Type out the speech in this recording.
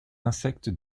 insectes